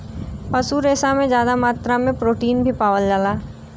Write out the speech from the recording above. पशु रेसा में जादा मात्रा में प्रोटीन भी पावल जाला